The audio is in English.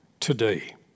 today